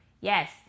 Yes